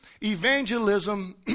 evangelism